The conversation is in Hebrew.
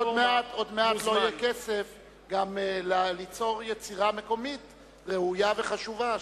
עוד מעט לא יהיה כסף גם ליצור יצירה מקומית ראויה וחשובה,